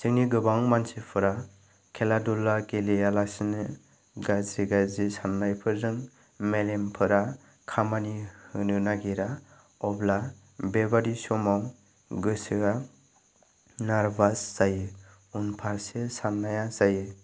जोंनि गोबां मानसिफोरा खेला दुला गेलेयालासिनो गाज्रि गाज्रि साननायफोरजों मेलेमफोरा खामानि होनो नागिरा अब्ला बेबादि समाव गोसोआ नारबास जायो उनफारसे साननाया जायो